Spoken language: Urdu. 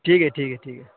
ٹھیک ہے ٹھیک ہے ٹھیک ہے